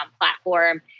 platform